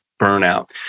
burnout